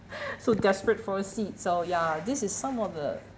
so desperate for a seat so ya this is some of the